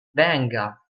venga